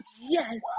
Yes